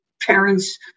parents